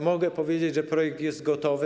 Mogę powiedzieć, że projekt jest gotowy.